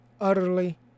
utterly